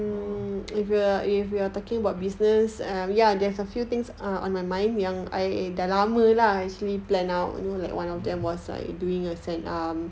or mm